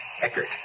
Eckert